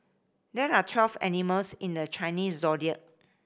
there are twelve animals in the Chinese Zodiac